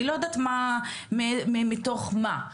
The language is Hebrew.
אני לא יודעת מה מתוך מה.